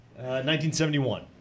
1971